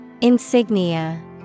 Insignia